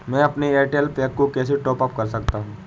मैं अपने Airtel pack को कैसे टॉप अप कर सकता हूँ?